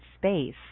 space